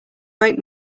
break